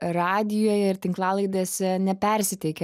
radijoje ir tinklalaidėse nepersiteikia